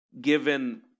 given